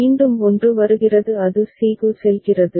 மீண்டும் 1 வருகிறது அது c க்கு செல்கிறது